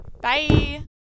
Bye